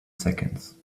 seconds